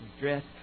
dress